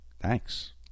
Thanks